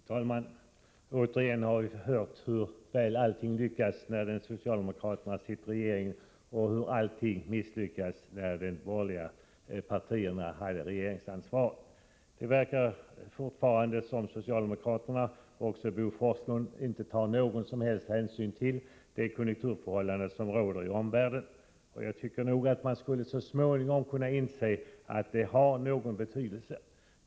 Fru talman! Återigen har vi fått höra hur väl allting lyckas när socialdemokraterna sitter i regeringen och hur allting misslyckades när de borgerliga partierna hade regeringsansvaret. Det verkar fortfarande inte som om socialdemokraterna — inte heller Bo Forslund — tar någon som helst hänsyn till de konjunkturförhållanden som råder i omvärlden. Jag tycker att de så småningom borde kunna inse att dessa har betydelse i sammanhanget.